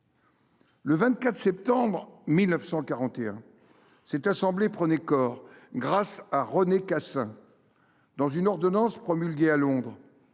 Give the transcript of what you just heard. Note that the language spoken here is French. Le 24 septembre 1941, cette assemblée provisoire prenait corps grâce à René Cassin, une ordonnance promulguée à Londres,